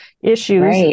issues